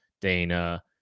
Dana